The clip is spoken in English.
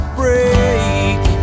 break